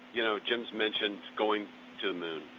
you know, jim has mentioned going to the moon.